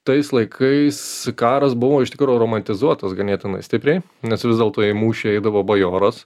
tais laikais karas buvo iš tikro romantizuotas ganėtinai stipriai nes vis dėlto į mūšį eidavo bajoras